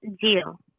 deal